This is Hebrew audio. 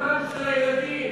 פת לחמם של הילדים,